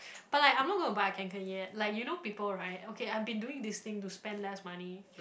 but like I'm not gonna buy a Kanken yet like you know people right okay I've been doing this thing to spend less money